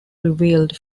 revealed